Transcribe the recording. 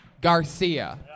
Garcia